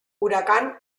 huracán